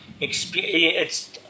experience